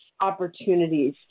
opportunities